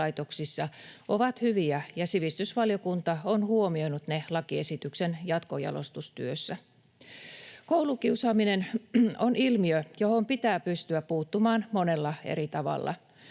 ovat hyviä, ja sivistysvaliokunta on huomioinut ne lakiesityksen jatkojalostustyössä. Koulukiusaaminen on ilmiö, johon pitää pystyä puuttumaan monella eri tavalla.